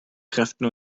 kräften